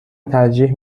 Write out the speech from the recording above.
ترجیح